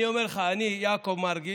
אני אומר לך: אני, יעקב מרגי,